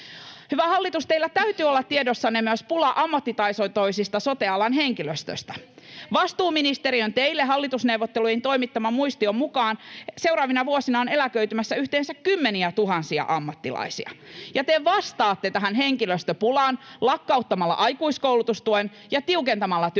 Hyvä hallitus, teillä täytyy olla tiedossanne myös pula ammattitaitoisesta sote-alan henkilöstöstä. Vastuuministeriön teille hallitusneuvotteluihin toimittaman muistion mukaan seuraavina vuosina on eläköitymässä yhteensä kymmeniätuhansia ammattilaisia, ja te vastaatte tähän henkilöstöpulaan lakkauttamalla aikuiskoulutustuen ja tiukentamalla työperäistä